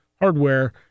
hardware